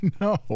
No